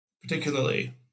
particularly